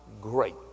great